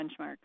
benchmarks